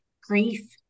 grief